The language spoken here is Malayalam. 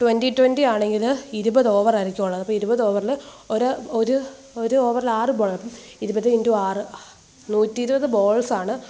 ട്വൻ്റി ട്വൻ്റി ആണെങ്കിൽ ഇരുപത് ഓവർ ആയിരിക്കും ഉള്ളത് അപ്പോള് ഇരുപത് ഓവറില് ഒരോവറിൽ ആറ് ബോളാണ് അപ്പോള് ഇരുപത് ഇൻ്റു ആറ് നൂറ്റി ഇരുപത് ബോൾസ് ആണ്